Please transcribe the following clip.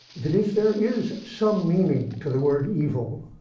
that if there is some meaning to the word evil